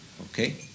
Okay